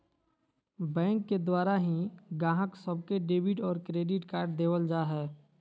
bank के द्वारा ही गाहक सब के डेबिट और क्रेडिट कार्ड देवल जा हय